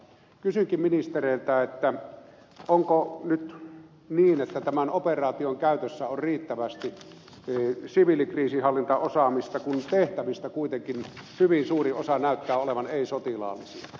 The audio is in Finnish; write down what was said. kysynkin ministereiltä onko nyt niin että tämän operaation käytössä on riittävästi siviilikriisinhallintaosaamista kun tehtävistä kuitenkin hyvin suuri osa näyttää olevan ei sotilaallisia